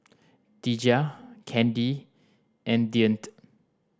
Deja Kandy and Deante